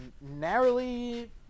narrowly